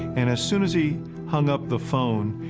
and as soon as he hung up the phone,